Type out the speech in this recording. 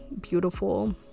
beautiful